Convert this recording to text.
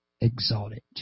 exalted